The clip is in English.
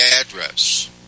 address